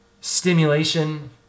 stimulation